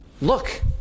look